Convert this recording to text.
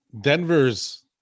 Denver's